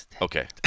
Okay